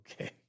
Okay